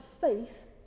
faith